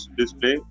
display